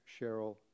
Cheryl